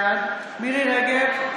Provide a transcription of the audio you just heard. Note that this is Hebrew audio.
בעד מירי מרים רגב,